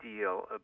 deal